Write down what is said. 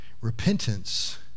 Repentance